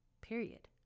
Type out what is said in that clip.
period